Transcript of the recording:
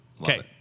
Okay